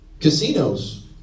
Casinos